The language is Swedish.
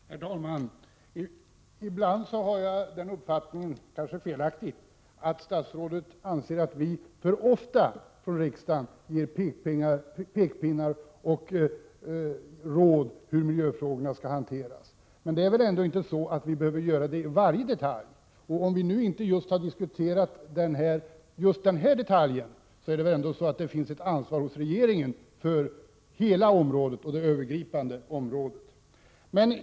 Herr talman! Ibland får jag den uppfattningen — vilken möjligen är felaktig — att statsrådet anser att vi för ofta från riksdagen ger pekpinnar och råd om hur miljöfrågorna skall hanteras. Men vi behöver väl inte göra det i varje detalj. Om vi nu inte har diskuterat just denna detalj, finns det väl i alla fall ett ansvar hos regeringen för hela området och det övergripande arbetet.